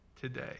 today